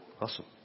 Awesome